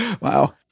wow